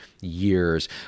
years